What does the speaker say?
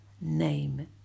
name